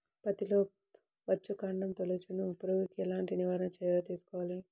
పత్తిలో వచ్చుకాండం తొలుచు పురుగుకి ఎలాంటి నివారణ చర్యలు తీసుకోవాలి?